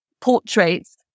portraits